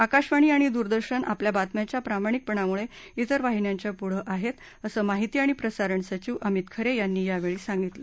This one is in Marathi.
आकाशवाणी आणि दूरदर्शन आपल्या बातम्यांच्या प्रामाणिकपणामुळे इतर वाहिन्यांच्या पुढं आहेत असं माहिती आणि प्रसारण सचिव अमित खरे यांनी यावेळी सांगितलं